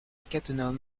cattenom